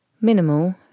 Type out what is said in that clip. Minimal